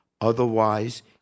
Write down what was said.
Otherwise